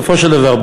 בסופו של דבר,